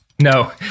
No